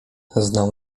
znał